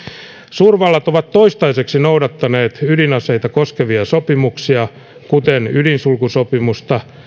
suurvallat ovat toistaiseksi noudattaneet ydinaseita koskevia sopimuksia kuten ydinsulkusopimusta